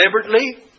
deliberately